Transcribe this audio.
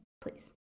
please